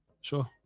Sure